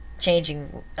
changing